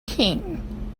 king